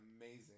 amazing